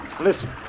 listen